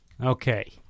Okay